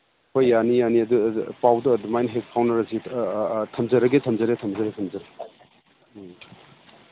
ꯍꯣꯏ ꯌꯥꯅꯤ ꯌꯥꯅꯤ ꯄꯥꯎꯗꯣ ꯑꯗꯨꯃꯥꯅ ꯍꯦꯛ ꯐꯥꯎꯅꯔꯁꯤ ꯊꯝꯖꯔꯒꯦ ꯊꯝꯖꯔꯦ ꯊꯝꯖꯔꯦ ꯊꯝꯖꯔꯦ ꯎꯝ